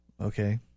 Okay